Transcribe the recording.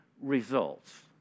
results